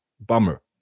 Bummer